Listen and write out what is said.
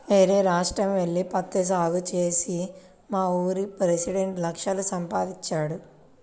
యేరే రాష్ట్రం యెల్లి పత్తి సాగు చేసి మావూరి పెసిడెంట్ లక్షలు సంపాదించాడు